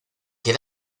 que